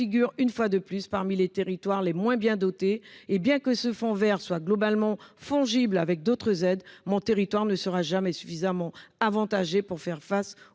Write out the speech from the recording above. une fois de plus, parmi les territoires les moins bien dotés. Bien que ce fonds vert soit globalement fongible avec d'autres aides, mon territoire ne sera jamais suffisamment avantagé pour faire face aux